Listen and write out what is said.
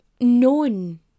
known